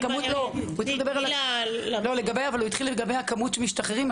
לגבי הכמות שמשתחררים,